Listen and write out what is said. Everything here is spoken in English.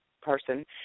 person